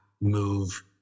move